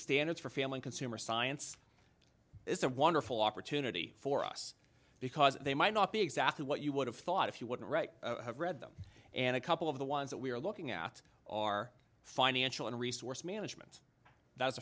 standards for failing consumer science is a wonderful opportunity for us because they might not be exactly what you would have thought if you wouldn't write have read them and a couple of the ones that we are looking at are financial and resource management that's